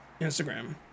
Instagram